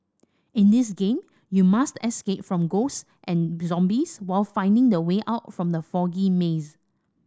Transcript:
in this game you must escape from ghosts and zombies while finding the way out from the foggy maze